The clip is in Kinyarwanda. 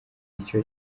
icyo